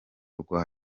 rwa